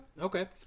Okay